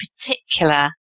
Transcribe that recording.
particular